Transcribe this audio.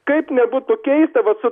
kaip nebūtų keista vat su